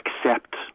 accept